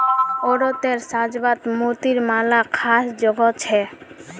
औरतेर साज्वात मोतिर मालार ख़ास जोगो छे